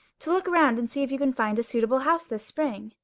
to look around and see if you can find a suitable house this spring?